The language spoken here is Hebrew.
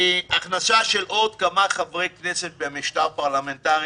הכנסה של עוד כמה חברי כנסת במשטר הפרלמנטרי